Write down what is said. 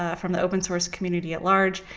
ah from the open source community at large,